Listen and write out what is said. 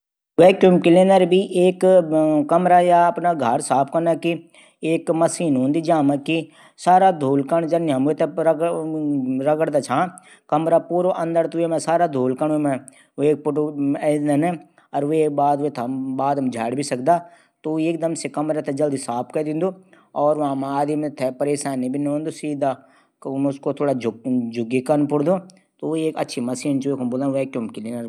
दुई पहियों वाली साइकिल का मुख्य भाग छन फ्रेम साइकिल कू ढांचा जो. भी पेज पुर्जों थै आपस मा जुडदू। पहिए जो टायर लगयां रैदा। जु सडक पर चलदन। रिम्स जू टायर का भितर लगया रिम्स टायर थै सहारा दिःदा।